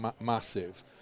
massive